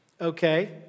okay